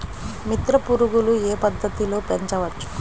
మిత్ర పురుగులు ఏ పద్దతిలో పెంచవచ్చు?